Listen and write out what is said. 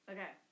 Okay